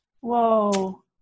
Whoa